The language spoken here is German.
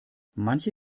manche